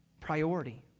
priority